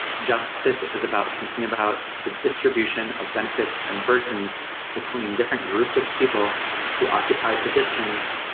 justice is about thinking about the distribution of benefits and burdens between different groups of people who occupy positions